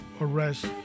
arrest